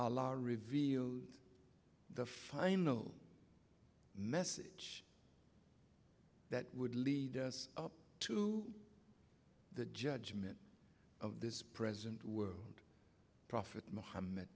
allow reveal the final message that would lead us up to the judgment of this present world and prophet muhammad